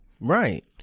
Right